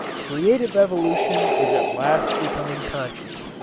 creative evolution is at last becoming conscious.